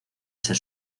ser